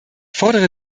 fordere